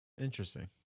Interesting